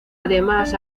además